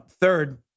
Third